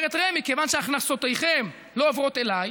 אומרת רמ"י: כיוון שהכנסותיכם לא עוברות אליי,